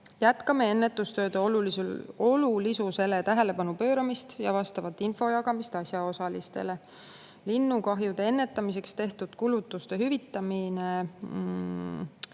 Jätkame ennetustööde olulisusele tähelepanu pööramist ja vastava info jagamist asjaosalistele. Linnukahjude ennetamiseks tehtud kulutuste hüvitamist